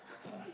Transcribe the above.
oh